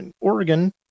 Oregon